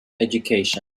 education